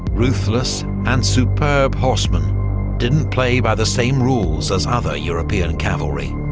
ruthless, and superb horseman didn't play by the same rules as other european cavalry.